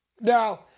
Now